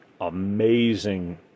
amazing